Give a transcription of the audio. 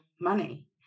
money